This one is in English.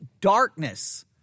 darkness